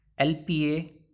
LPA